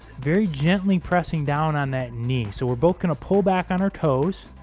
very gently pressing down on that knee so we're both going to pull back on our toes